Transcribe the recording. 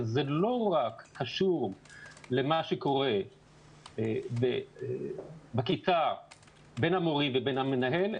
וזה לא רק קשור למה שקורה בכיתה בין המורים לבין המנהל.